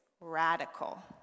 radical